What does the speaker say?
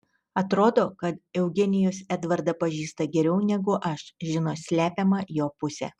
atrodo kad eugenijus edvardą pažįsta geriau negu aš žino slepiamą jo pusę